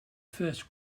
first